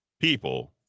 people